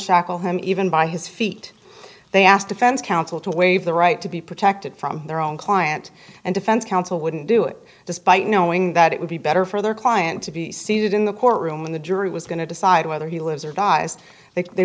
unshackle him even by his feet they asked defense counsel to waive the right to be protected from their own client and defense counsel wouldn't do it despite knowing that it would be better for their client to be seated in the courtroom when the jury was going to decide whether he lives or dies th